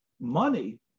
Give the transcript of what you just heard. money